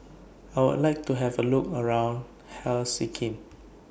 I Would like to Have A Look around Helsinki